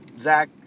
Zach